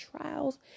trials